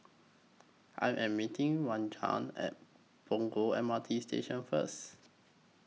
I Am meeting At Punggol M R T Station First